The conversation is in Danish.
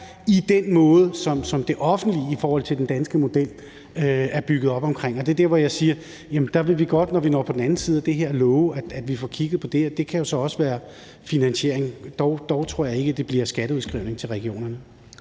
i den måde, som det offentlige i forhold til den danske model er bygget op på. Det er der, hvor jeg siger, at der vil vi godt, når vi kommer på den anden side af det her, love, at vi får kigget på det, og det kan jo så også være i forhold til finansieringen. Dog tror jeg ikke, det bliver skatteudskrivning til regionerne.